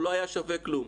הוא לא היה שווה כלום,